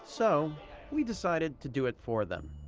so we decided to do it for them.